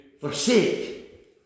forsake